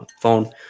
phone